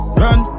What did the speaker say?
run